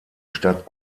stadt